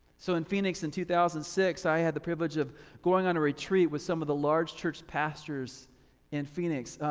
so in phoenix in two thousand and six, i had the privilege of going on a retreat with some of the large church pastors in phoenix.